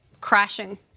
crashing